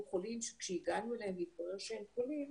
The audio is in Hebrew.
חולים שכשהגענו אליהם והתברר שהם חולים,